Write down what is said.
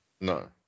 No